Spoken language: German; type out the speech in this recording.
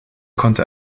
konnte